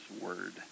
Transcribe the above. word